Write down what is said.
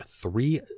three